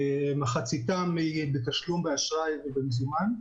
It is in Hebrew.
מחציתן בתשלום באשראי ובמזומן.